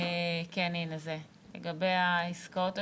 לגבי העסקאות השונות,